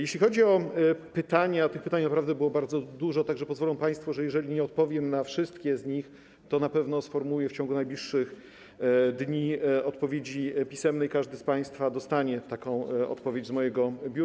Jeśli chodzi o pytania, tych pytań naprawdę było bardzo dużo, tak że pozwolą państwo, że jeżeli nie odpowiem na wszystkie z nich, to na pewno sformułuję w ciągu najbliższych dni odpowiedzi pisemne i każdy z państwa dostanie taką odpowiedź z mojego biura.